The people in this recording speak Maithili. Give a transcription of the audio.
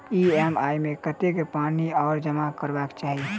ई.एम.आई मे कतेक पानि आओर जमा करबाक छैक?